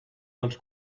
dels